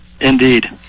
Indeed